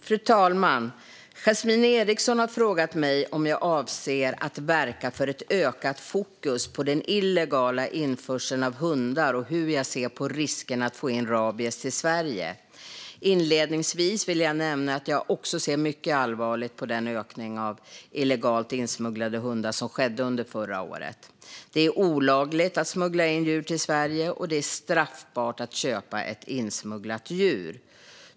Fru talman! Yasmine Eriksson har frågat mig om jag avser att verka för ett ökat fokus på den illegala införseln av hundar och hur jag ser på riskerna att få in rabies till Sverige. Inledningsvis vill jag nämna att jag också ser mycket allvarligt på den ökning av illegalt insmugglade hundar som skedde under förra året. Det är olagligt att smuggla in djur till Sverige, och det är straffbart att köpa ett insmugglat djur.